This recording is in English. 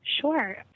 Sure